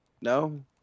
No